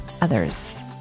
others